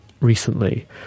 recently